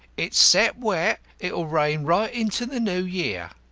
it's set wet, it'll rain right into the new year,